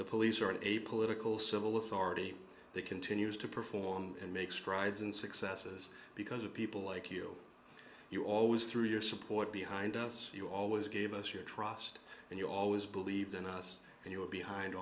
the police or a political civil authority that continues to perform and make strides and successes because of people like you you always threw your support behind us you always gave us your trust and you always believed in us and you were behind